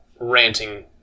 ranting